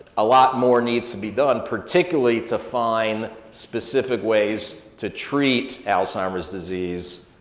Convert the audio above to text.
a lot more needs to be done particularly to find specific ways to treat alzheimer's disease.